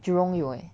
jurong 有 eh